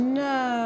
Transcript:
no